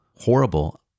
horrible